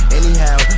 anyhow